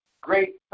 great